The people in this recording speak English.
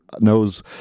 knows